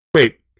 Wait